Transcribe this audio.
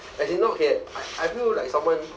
as in no okay I I feel like someone